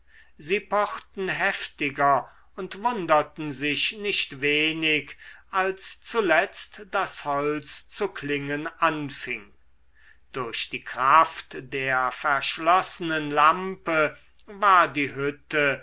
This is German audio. sie pochten heftiger und wunderten sich nicht wenig als zuletzt das holz zu klingen anfing durch die kraft der verschlossenen lampe war die hütte